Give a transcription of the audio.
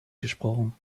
gesprochen